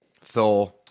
Thor